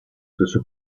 stesso